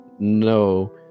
no